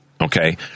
okay